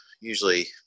usually